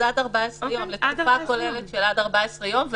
אז עד 14 יום לתקופה כוללת של עד 14 יום,